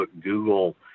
Google